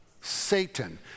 Satan